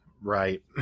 Right